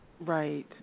Right